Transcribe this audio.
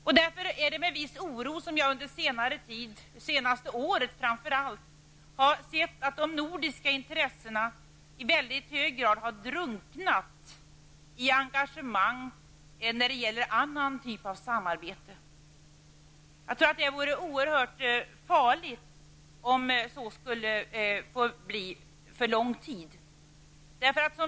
Det är därför med viss oro som jag under senare tid, framför allt under det senaste året, har sett att de nordiska intressena i mycket hög grad har drunknat i engagemang för annan typ av samarbete. Jag tror att det vore oerhört farligt om så skulle bli fallet för lång tid framöver.